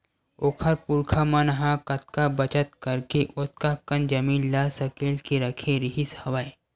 ओखर पुरखा मन ह कतका बचत करके ओतका कन जमीन ल सकेल के रखे रिहिस हवय